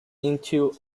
into